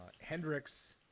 Hendricks